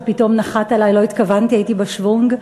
זה פתאום נחת עלי, לא התכוונתי, הייתי בשוונג,